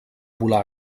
volar